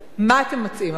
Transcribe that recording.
מה אתם מציעים עכשיו?